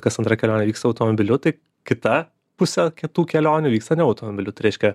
kas antra kelionė vyksta automobiliu tai kita pusė kitų kelionių vyksta ne automobiliu tai reiškia